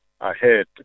ahead